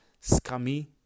scummy